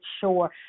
sure